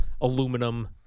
aluminum